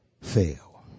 fail